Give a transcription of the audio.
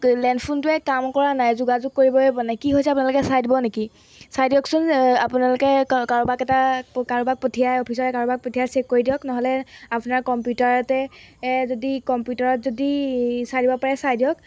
land ফোনটোৱে কাম কৰা নাই যোগাযোগ কৰিবই প নাই কি হৈছে আপোনালোকে চাই দিব নেকি চাই দিয়কচোন আপোনালোকে কাৰো কাৰোবাক এটা কাৰোবাক পঠিয়াই অফিচৰে কাৰোবাক পঠিয়াই চেক কৰি দিয়ক নহ'লে আপোনাৰ কম্পিউটাৰতে এ যদি কম্পিউটাৰত যদি চাই দিব পাৰে চাই দিয়ক